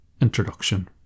introduction